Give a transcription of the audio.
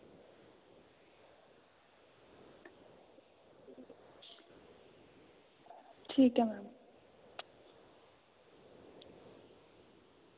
ठीक ऐ मैम